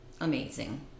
amazing